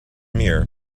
mirror